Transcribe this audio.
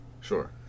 Sure